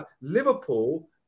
Liverpool